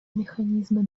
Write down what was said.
механизмы